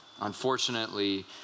unfortunately